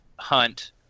Hunt